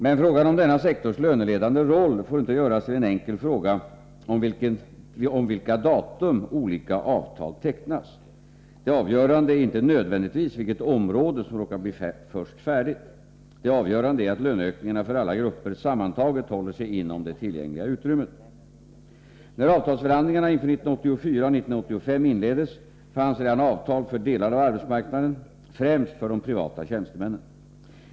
Men frågan om denna sektors löneledande roll får inte göras till en enkel fråga om vilka datum olika avtal tecknas. Det avgörande är inte nödvändigtvis vilket område som råkar bli först färdigt. Det avgörande är att löneökningarna för alla grupper sammantaget håller sig inom det tillgängliga utrymmet. När avtalsförhandlingarna inför 1984 och 1985 inleddes fanns redan avtal för delar av arbetsmarknaden — främst för de privata tjänstemännen.